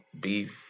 beef